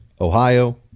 Ohio